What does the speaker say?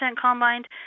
combined